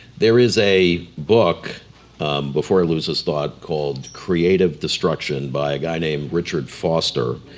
there is a book before i lose this thought, called creative destruction by a guy named richard foster,